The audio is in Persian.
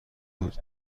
بود